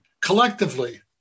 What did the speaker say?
collectively